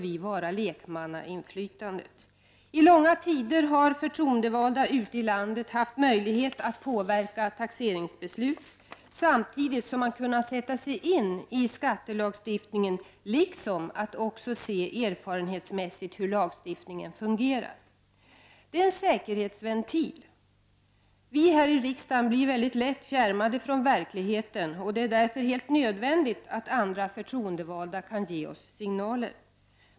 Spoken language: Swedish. I långa tider har förtroendevalda ute i landet haft möjlighet att påverka taxeringsbeslut, samtidigt som man kunnat sätta sig in i skattelagstiftningen liksom också att se erfarenhetsmässigt hur lagstiftningen fungerar. Det är en säkerhetsventil. Vi här i riksdagen blir mycket lätt fjärmade från verkligheten, och det är därför helt nödvändigt att andra förtroendevalda kan ge oss signaler.